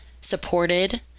supported